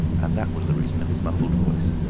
and that was the reason of his muffled voice.